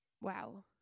Wow